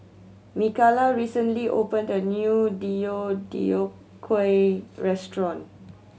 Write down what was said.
Mikala recently opened a new Deodeok Gui restaurant